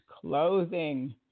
clothing